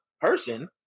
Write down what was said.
person